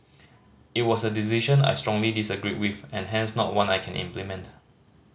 it was a decision I strongly disagreed with and hence not one I can implement